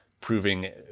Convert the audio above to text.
proving